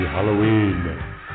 Halloween